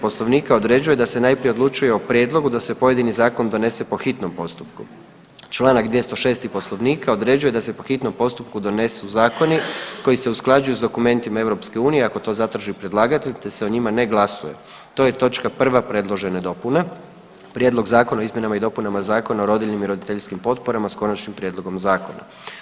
Poslovnika određuje da se najprije odlučuje o prijedlogu da se pojedini zakon donese po hitnom postupku, čl. 206. poslovnika određuje da se po hitnom postupku donosu zakoni koji se usklađuju s dokumentima EU ako to zatraži predlagatelj te se o njima ne glasuje, to je točka 1. predložene dopune Prijedlog zakona o izmjenama i dopunama Zakona o rodiljnim i roditeljskim potporama, s Konačnim prijedlogu zakona.